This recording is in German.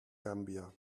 gambia